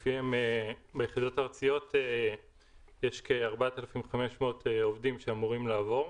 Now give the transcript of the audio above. לפיהם ביחידות הארציות יש כ-4,500 עובדים שאמורים לעבור,